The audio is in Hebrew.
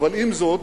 אבל עם זאת